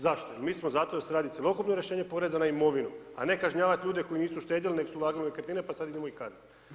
Zašto, mi smo zato da se radi cjelokupno rješenje poreza na imovinu, a ne kažnjavat ljude koji nisu štedjeli neg su ulagali u nekretnine pa sad idemo ih kaznit.